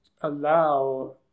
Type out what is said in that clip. allow